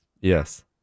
Yes